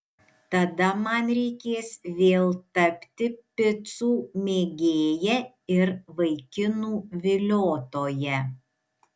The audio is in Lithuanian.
tada man reikės vėl tapti picų mėgėja ir vaikinų viliotoja